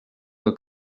del